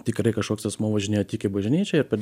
tikrai kažkoks asmuo važinėjo tik į bažnyčią ir per